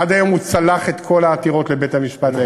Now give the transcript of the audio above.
עד היום הוא צלח את כל העתירות לבית-המשפט העליון.